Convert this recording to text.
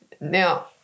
Now